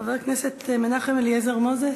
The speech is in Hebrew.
חבר הכנסת מנחם אליעזר מוזס,